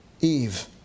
Eve